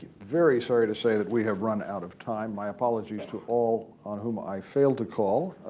very sorry to say that we have run out of time. my apologies to all on whom i failed to call.